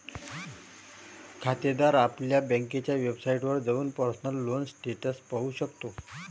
खातेदार आपल्या बँकेच्या वेबसाइटवर जाऊन पर्सनल लोन स्टेटस पाहू शकतो